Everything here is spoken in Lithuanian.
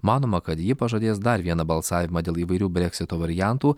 manoma kad ji pažadės dar vieną balsavimą dėl įvairių breksito variantų